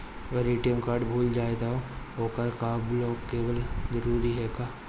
अगर ATM card भूला जाए त का ओकरा के बलौक कैल जरूरी है का?